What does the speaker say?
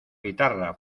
guitarra